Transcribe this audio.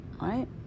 Right